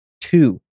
two